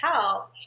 help